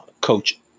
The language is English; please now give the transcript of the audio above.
Coach